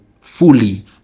fully